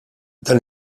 dan